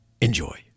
Enjoy